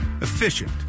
efficient